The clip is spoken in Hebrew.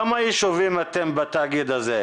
כמה יישובים אתם בתאגיד הזה?